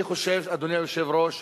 אני חושב, אדוני היושב-ראש,